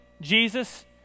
Jesus